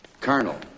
Colonel